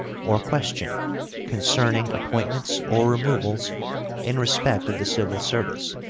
or question concerning appointments or removals in respect of the civil service,